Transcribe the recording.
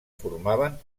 formaven